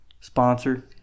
sponsor